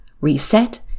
reset